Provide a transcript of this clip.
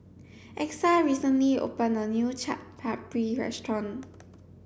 Exa recently opened a new Chaat Papri restaurant